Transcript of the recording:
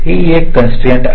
ही एक कॉन्स्ट्राईन्ट आहे